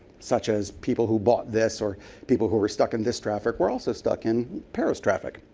such as people who bought this or people who were stuck in this traffic were also stuck in paris traffic.